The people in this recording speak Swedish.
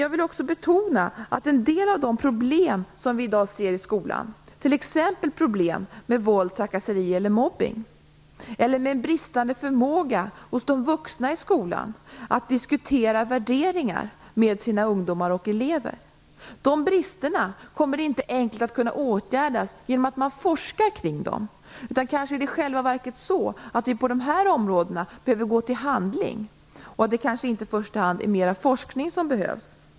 Jag vill också betona att en del av problemen i skolan i dag, t.ex. våld, trakasserier, mobbning eller bristande förmåga hos de vuxna att diskutera värderingar med sina ungdomar och elever, är sådana problem som inte så enkelt kan åtgärdas genom forskning. Det kanske i själva verket är så, att vi på dessa områden behöver gå till handling och att det kanske inte i första hand är mera forskning som behövs.